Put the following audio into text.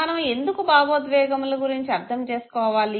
మనము ఎందుకు భావోద్వేగముల గురించి అర్ధం చేసుకోవాలి